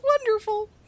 wonderful